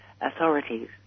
authorities